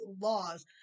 laws